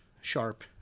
Sharp